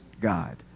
God